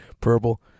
purple